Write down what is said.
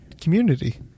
Community